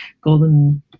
golden